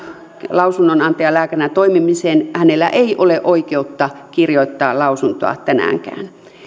lausunnonantajalääkärinä toimimiseen hänellä ei ole oikeutta kirjoittaa lausuntoa tänäänkään